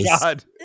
god